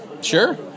Sure